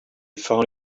found